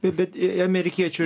bet bet į amerikiečių